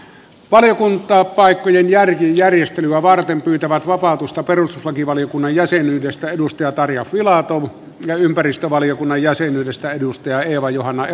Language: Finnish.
valiokuntapaikkojen järjestelyä varten pyytävät vapautusta perustuslakivaliokunnan jäsenyydestä tarja filatov ja ympäristövaliokunnan jäsenyydestä eeva johanna eloranta